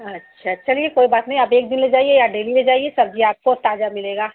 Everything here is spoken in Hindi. अच्छा चलिए कोई बात नहीं आप एक दिन ले जाइए या डेली ले जाइए सब्ज़ी आपको ताज़ा मिलेगा